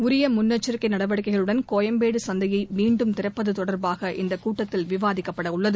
உரிய முன்னெச்சரிக்கை நடவடிக்கைகளுடன் கோயம்பேடு சந்தையை மீண்டும் திறப்பது தொடர்பாக இந்தக் கூட்டத்தில் விவாதிக்கப்படவுள்ளது